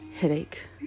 headache